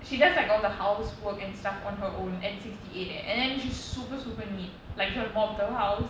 she does like all the housework and stuff on her own and sixty eight eh and then she's super super neat like she will mop the house